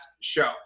show